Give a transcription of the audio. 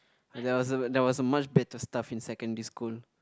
there was a there was a much better stuff in secondary school